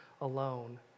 alone